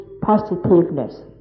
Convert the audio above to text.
positiveness